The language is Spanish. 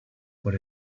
por